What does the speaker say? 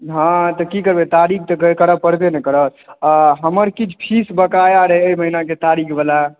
हॅं तऽ की करबै तारिख तऽ करैये ने पड़त आ हमर किछु फीस बकाया रहै एहि महीना के तारिख बला